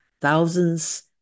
Thousands